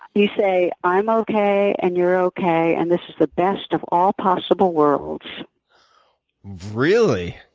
you say, i'm okay, and you're okay, and this is the best of all possible worlds really?